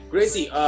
Gracie